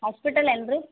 hospital ಏನು ರೀ